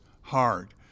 hard